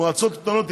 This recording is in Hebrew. מועצות קטנות,